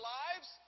lives